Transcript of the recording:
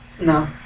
No